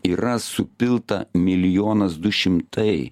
yra supilta milijonas du šimtai